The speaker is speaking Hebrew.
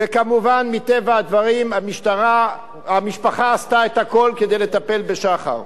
וכמובן מטבע הדברים המשפחה עשתה הכול כדי לטפל בשחר.